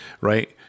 Right